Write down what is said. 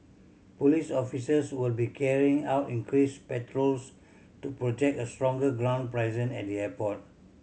police officers will be carrying out increased patrols to project a stronger ground presence at the airport